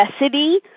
necessity